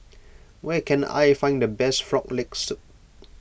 where can I find the best Frog Leg Soup